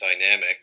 dynamic